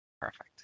perfect